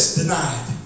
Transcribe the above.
denied